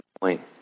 point